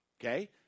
okay